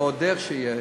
ועוד איך יש,